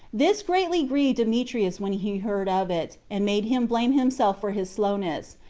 this greatly grieved demetrius when he heard of it, and made him blame himself for his slowness,